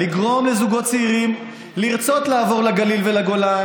לגרום לזוגות צעירים לרצות לעבור לגליל ולגולן,